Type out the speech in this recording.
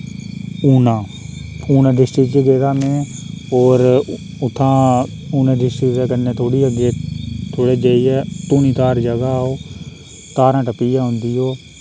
Una Una district च गेदा में और उत्थां ऊना डिस्ट्रिक दे कन्नै थोह्ड़ी अग्गै थोह्ड़ी जाइयै धूनीधार जगह ओह् धारां टप्पियै औंदी ओह्